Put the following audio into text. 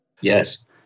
Yes